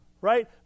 Right